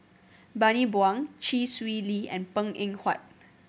Bani Buang Chee Swee Lee and Png Eng Huat